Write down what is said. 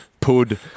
Pud